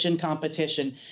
competition